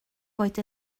boed